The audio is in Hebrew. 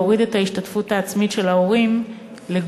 להוריד את ההשתתפות העצמית של ההורים לגובה